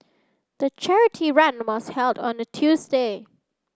the charity run was held on a Tuesday